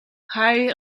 hair